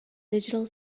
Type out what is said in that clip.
digital